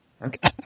Okay